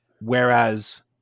Whereas